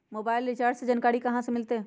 Mobile recharge के जानकारी कहा से मिलतै?